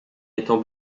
étant